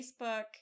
Facebook